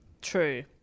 True